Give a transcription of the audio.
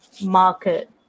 market